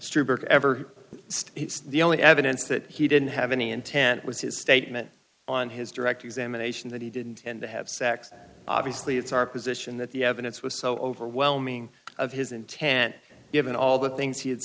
ever the only evidence that he didn't have any intent was his statement on his direct examination that he didn't tend to have sex obviously it's our position that the evidence was so overwhelming of his intent given all the things he had